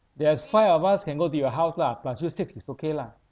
there's five of us can go to your house lah plus you six is okay lah